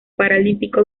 paralímpico